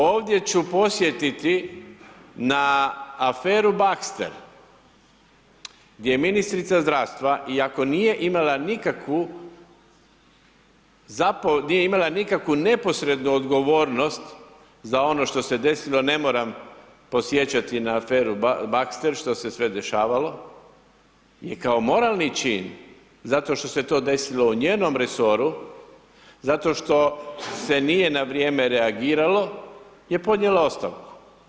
Ovdje ću podsjetiti na aferu Bakster, gdje ministrica zdravstva iako nije imala nikakvu neposrednu odgovornost za ono što se desilo, ne moram podsjećati na aferu Bakster, što se sve dešavalo i kao moralni čin, zato što se to desilo u njenom resoru, zato što se nije na vrijeme reagiralo, je podnijela ostavku.